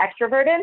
extroverted